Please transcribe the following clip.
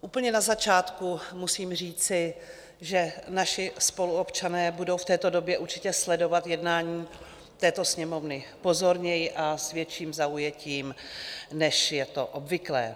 Úplně na začátku musím říci, že naši spoluobčané budou v této době určitě sledovat jednání této Sněmovny pozorněji a s větším zaujetím, než je to obvyklé.